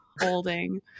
holding